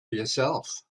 yourself